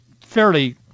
fairly